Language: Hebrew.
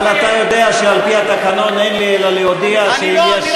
אבל אתה יודע שעל-פי התקנון אין לי אלא להודיע שיש,